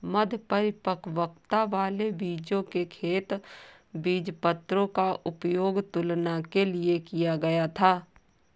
मध्य परिपक्वता वाले बीजों के खेत बीजपत्रों का उपयोग तुलना के लिए किया गया था